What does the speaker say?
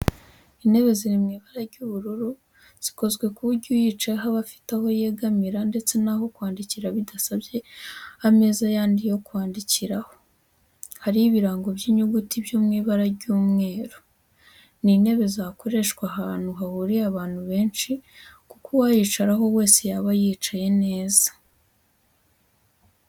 Intebe ziri mu ibara ry'ubururu zikozwe ku buryo uyicayeho aba afite aho yegamira ndetse n'aho kwandikira bidasabye ameza yandi yo kwandikiraho, hariho ibirango by'inyuguti byo mu ibara ry'umweru. Ni intebe zakoreshwa ahantu hahuriye abantu benshi kuko uwayicaraho wese yaba yicaye neza.